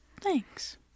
Thanks